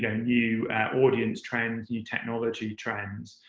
yeah new audience trends, new technology trends.